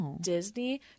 Disney